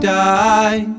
die